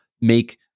make